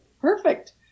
perfect